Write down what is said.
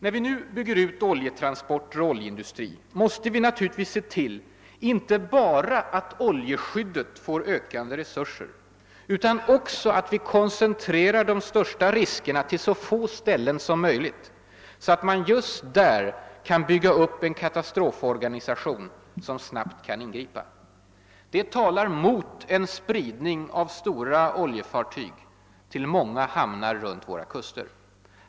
När vi nu bygger ut oljetransporter och oljeindustri måste vi naturligtvis se till inte bara att oljeskyddet får ökande resurser utan också att vi koncentrerar de största riskerna till så få ställen som möjligt, så att man just där kan bygga upp en katastroforganisation som snabbt kan ingripa. Det talar mot en spridning av stora oljefartyg till många hamnar runt våra kuster.